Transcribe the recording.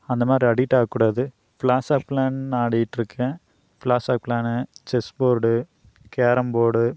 அந்தமாதிரி அடிட் ஆகக்கூடாது ஃபிளாஸ் ஆஃப் ப்ளான் ஆடிகிட்டு இருக்கேன் பிளாஸ் ஆஃப் க்ளானு செஸ் போர்டு கேரம்போர்டு